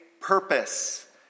purpose